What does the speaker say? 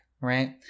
right